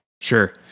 Sure